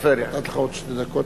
שתי דקות.